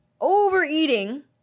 overeating